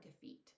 defeat